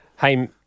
Hey